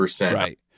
Right